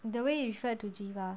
the way you referred to giwa